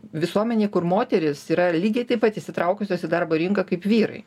visuomenėj kur moterys yra lygiai taip pat įsitraukusios į darbo rinką kaip vyrai